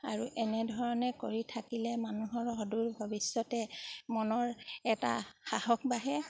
আৰু এনেধৰণে কৰি থাকিলে মানুহৰ সদূৰ ভৱিষ্যতে মনৰ এটা সাহস বাঢ়ে